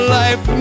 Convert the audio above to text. life